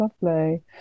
lovely